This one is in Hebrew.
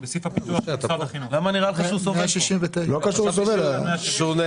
נראה לי שלא הבנתי.